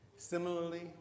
Similarly